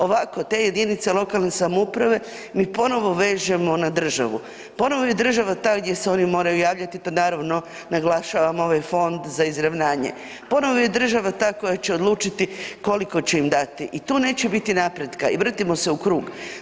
Ovako te jedinice lokalne samouprave mi ponovo vežemo na državu, ponovo je država ta gdje se oni moraju javljati to naravno naglašavam ovaj fond za izravnanje, ponovo je država ta koja će odlučiti koliko će im dati i tu neće biti napretka i vrtimo se u krug.